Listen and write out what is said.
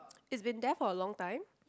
it's been there for a long time